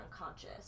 unconscious